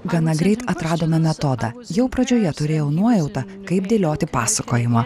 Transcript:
gana greit atradome metodą jau pradžioje turėjau nuojautą kaip dėlioti pasakojimą